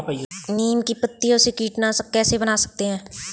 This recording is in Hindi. नीम की पत्तियों से कीटनाशक कैसे बना सकते हैं?